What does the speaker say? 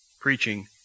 preaching